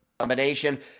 combination